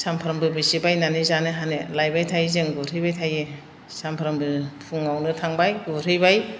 सानफ्रामबो बेसे बायनानै जानो हानो लायबाय थायो जों गुरहैबाय थायो सानफ्रामबो फुङावनो थांबाय गुरहैबाय